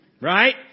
Right